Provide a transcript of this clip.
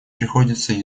приходится